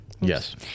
Yes